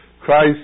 Christ